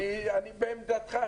אני בעמדתך.